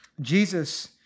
Jesus